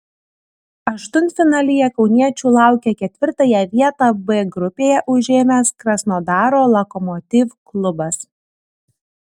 aštuntfinalyje kauniečių laukia ketvirtąją vietą b grupėje užėmęs krasnodaro lokomotiv klubas